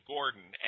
Gordon